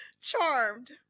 Charmed